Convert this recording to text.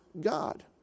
God